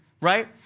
right